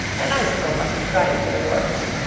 an icicle must have got into the works.